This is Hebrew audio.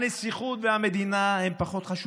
הנסיכות והמדינה הן פחות חשובות.